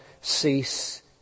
cease